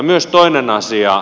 myös toinen asia